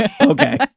Okay